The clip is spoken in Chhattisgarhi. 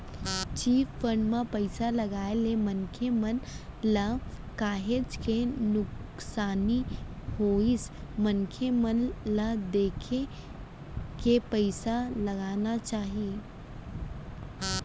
चिटफंड म पइसा लगाए ले मनसे मन ल काहेच के नुकसानी होइस मनसे मन ल देखे के पइसा लगाना चाही